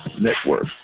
Network